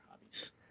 hobbies